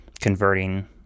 converting